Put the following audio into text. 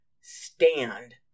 stand